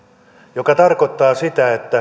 mikä tarkoittaa sitä että